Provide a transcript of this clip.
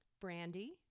brandy